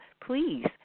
please